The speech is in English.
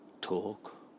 Talk